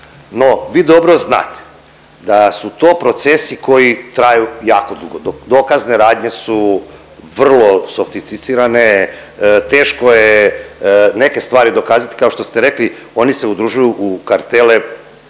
No, vi dobro znate da su to procesi koji traju jako dugo, dokazne radne su vrlo sofisticirane, teško je neke stvari dokazati, kao što ste rekli, oni se udružuju u kartele,